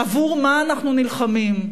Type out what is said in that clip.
עבור מה אנחנו נלחמים.